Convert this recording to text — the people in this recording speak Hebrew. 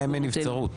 100 ימי נבצרות.